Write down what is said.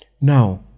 Now